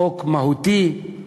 חוק מהותי,